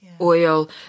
oil